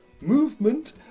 movement